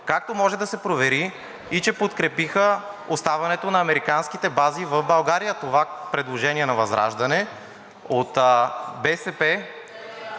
както може да се провери и че подкрепиха оставането на американските бази в България. Това предложение на ВЪЗРАЖДАНЕ от БСП